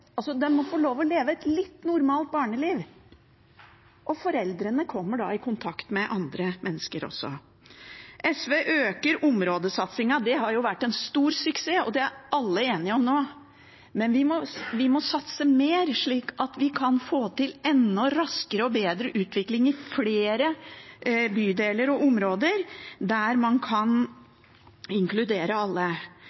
må få lov til å leve et litt normalt barneliv, og foreldrene kommer da i kontakt med andre mennesker. SV øker områdesatsingen. Det har vært en stor suksess ? alle er enige om det nå. Vi må satse mer, slik at vi kan få til enda raskere og bedre utvikling i flere bydeler og områder, der man kan